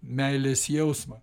meilės jausmą